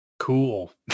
cool